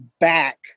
back